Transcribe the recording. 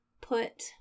put